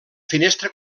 finestra